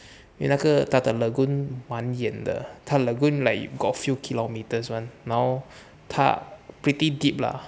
你那个 delta lagoon 蛮远的他的 lagoon like you got few kilometers one 然后他 pretty deep lah